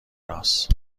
راست